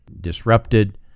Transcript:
disrupted